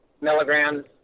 milligrams